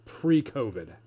pre-COVID